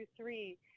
three